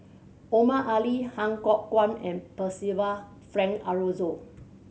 Omar Ali Han Fook Kwang and Percival Frank Aroozoo